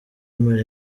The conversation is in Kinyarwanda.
mpari